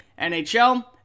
NHL